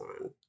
on